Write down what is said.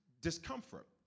discomfort